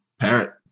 Parrot